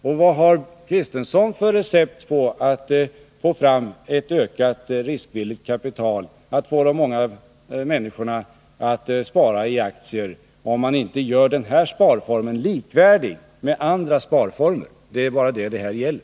Vad har Valter Kristenson för recept för att få fram ett ökat riskvilligt kapital, för att få de många människorna att spara i aktier, om han inte vill göra den här sparformen likvärdig andra sparformer? Det är bara det saken gäller.